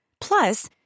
Plus